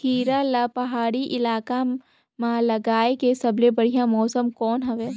खीरा ला पहाड़ी इलाका मां लगाय के सबले बढ़िया मौसम कोन हवे?